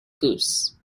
goose